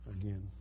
Again